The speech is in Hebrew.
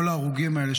כל ההרוגים הללו,